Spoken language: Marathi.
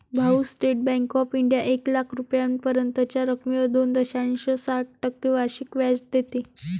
भाऊ, स्टेट बँक ऑफ इंडिया एक लाख रुपयांपर्यंतच्या रकमेवर दोन दशांश सात टक्के वार्षिक व्याज देते